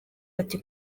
bati